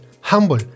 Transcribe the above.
humble